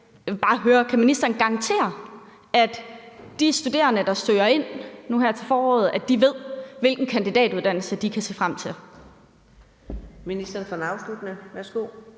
om ministeren kan garantere, at de studerende, der søger ind nu her til foråret, ved, hvilken kandidatuddannelse de kan se frem til.